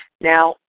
Now